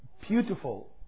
Beautiful